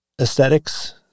aesthetics